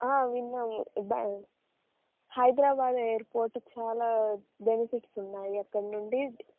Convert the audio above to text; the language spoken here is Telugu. విన్నాము హైదరాబాద్ ఎయిర్పోర్ట్ చాలా బెనిఫిట్స్ ఉన్నాయి అక్కడి నుండి